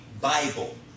Bible